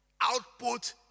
output